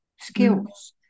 skills